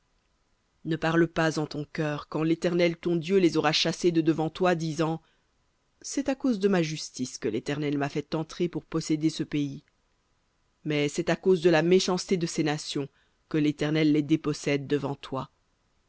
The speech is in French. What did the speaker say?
ne parle pas en ton cœur quand l'éternel ton dieu les aura chassés de devant toi disant c'est à cause de ma justice que l'éternel m'a fait entrer pour posséder ce pays mais c'est à cause de la méchanceté de ces nations que l'éternel les dépossède devant toi